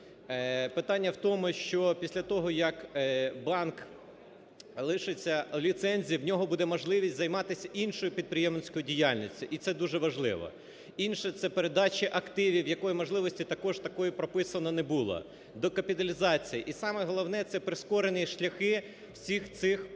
Питання в тому, що після того, як банк лишиться ліцензії, в нього буде можливість займатися іншою підприємницькою діяльністю і це дуже важливо, інше – це передача активів, якої можливості також такої прописано не було, докапіталіція. І саме головне – це прискорені шляхи всіх цих